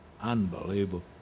Unbelievable